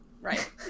right